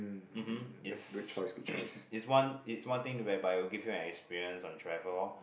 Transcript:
mmhmm it's it's one it's one thing whereby it will give you an experience on travel oh